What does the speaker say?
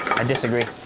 i disagree.